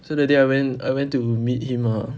so that day I wen~ I went to meet him ah